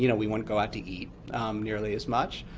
you know we wouldn't go out to eat nearly as much.